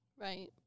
Right